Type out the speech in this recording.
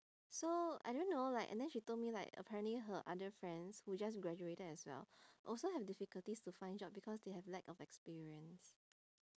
so I don't know like and then she told me like apparently her other friends who just graduated as well also have difficulties to find job because they have lack of experience